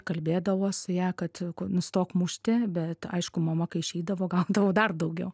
kalbėdavos su ja kad nustok mušti bet aišku mama kai išeidavo gaudavau dar daugiau